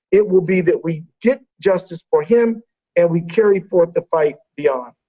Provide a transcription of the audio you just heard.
it will be that we get justice for him and we carry forth the fight beyond.